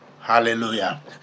Hallelujah